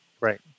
right